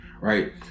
right